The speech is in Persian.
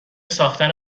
ساختن